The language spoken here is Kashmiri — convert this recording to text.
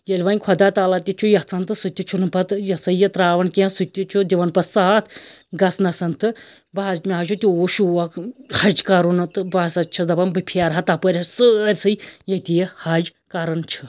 ییٚلہِ وۅنۍ خدا تعالی تہِ چھُ یَژھان تہٕ سُہ تہِ چھُنہٕ پتہٕ یہِ ہسا یہِ ترٛاوان کیٚنٛہہ سُہ تہِ چھُ دِوان پَتہٕ ساتھ گژھنَس تہٕ بہٕ حظ مےٚ حظ چھُ توٗت شوق حج کَرُن تہٕ بہٕ ہسا چھَس دَپان بہٕ پھیرٕ ہا تپٲرۍ سٲرسٕے ییٚتہِ یہِ حج کَرُن